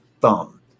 thumb